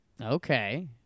Okay